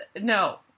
No